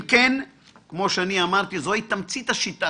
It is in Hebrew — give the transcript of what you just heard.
כמו שאמרתי, זו היא תמצית השיטה.